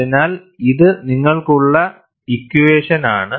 അതിനാൽ ഇത് നിങ്ങൾക്കുള്ള ഇക്യുവേഷൻ ആണ്